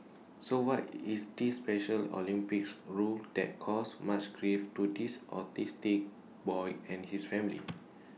so what is this special Olympics rule that caused much grief to this autistic boy and his family